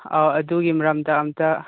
ꯑꯥ ꯑꯗꯨꯒꯤ ꯃꯔꯝꯗ ꯑꯝꯇ